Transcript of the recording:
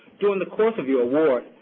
during the course of your award,